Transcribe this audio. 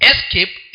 Escape